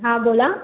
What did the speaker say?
हां बोला